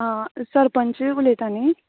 आं सरपंच उलयता न्हीं